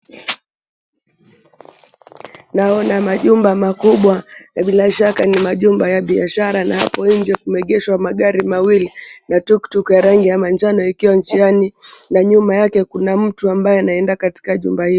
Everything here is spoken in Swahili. Naona majumba makubwa na bila shaka ni majumba ya biashara na watu wengi. Kumeegeshwa magari mawili na tuktuk ya manjano ikiwa njiani na nyuma yake kuna mtu ambaye anaenda katika jumba hili.